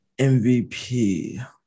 MVP